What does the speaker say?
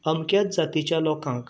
अमक्याच जातीच्या लोकांक